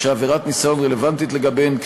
שעבירת ניסיון רלוונטית לגביהן,